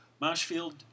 Marshfield